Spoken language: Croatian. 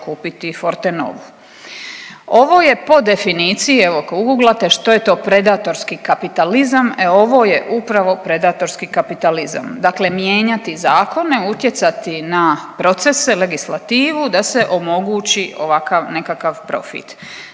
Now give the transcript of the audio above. kupiti Fortenovu. Ovo je po definiciji, evo kad uguglate što je to predatorski kapitalizam, e ovo je upravo predatorski kapitalizam. Dakle, mijenjati zakone utjecati na procese, legislativu da se omogući ovakav nekakav profit.